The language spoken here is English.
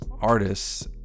artists